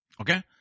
Okay